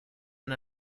and